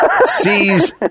sees